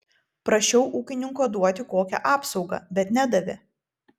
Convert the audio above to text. prašiau ūkininko duoti kokią apsaugą bet nedavė